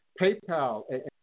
PayPal